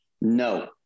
no